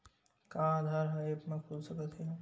का आधार ह ऐप म खुल सकत हे?